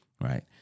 right